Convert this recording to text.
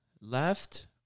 left